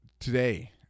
today